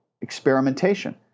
experimentation